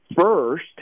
first